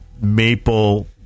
maple